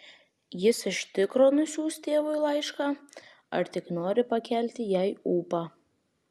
jis iš tikro nusiųs tėvui laišką ar tik nori pakelti jai ūpą